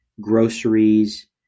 groceries